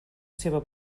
seva